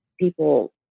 People